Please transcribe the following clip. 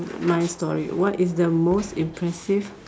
my story what is the most impressive